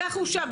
אנחנו שם,